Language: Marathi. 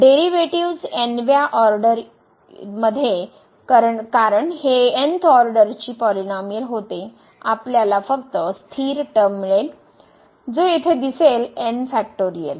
डेरिव्हेटिव्ह्ज एन व्या ऑर्डर व्युत्पन्न मध्ये कारण हे th ऑर्डरची पॉलिनोमिअल होते आपल्याला फक्त स्थिर टर्म मिळेल जो येथे दिसेल n फॅक्टोरियल